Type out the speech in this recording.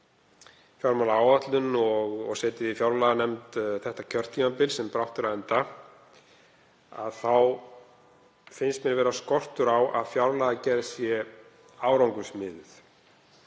fjármálaáætlun og setið í fjárlaganefnd þetta kjörtímabil, sem brátt er á enda, þá finnst mér vera skortur á að fjárlagagerð sé árangursmiðuð.